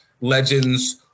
legends